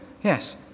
yes